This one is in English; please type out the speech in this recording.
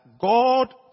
God